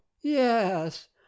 Yes